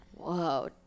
Whoa